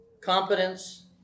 competence